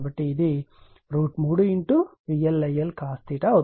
కాబట్టి ఇది 3VLIL cos అవుతుంది